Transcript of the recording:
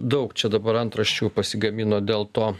daug čia dabar antraščių pasigamino dėl to